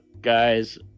guys